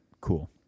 Cool